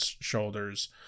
shoulders